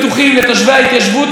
זה לפתור את הביטחון.